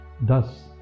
Thus